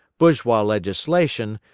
bourgeois legislation,